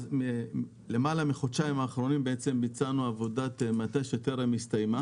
למעלה מהחודשיים האחרונים בעצם ביצענו עבודת מטה שטרם הסתיימה